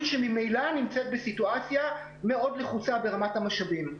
שממילא נמצאת בסיטואציה מאוד לחוצה ברמת המשאבים.